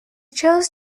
chose